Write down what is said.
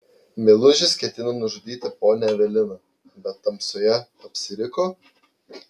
meilužis ketino nužudyti ponią eveliną bet tamsoje apsiriko